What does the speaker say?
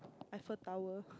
Eiffel Tower